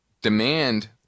demand